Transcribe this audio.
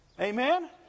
Amen